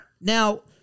Now